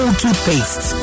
toothpaste